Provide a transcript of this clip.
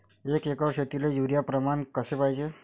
एक एकर शेतीले युरिया प्रमान कसे पाहिजे?